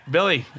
Billy